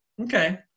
Okay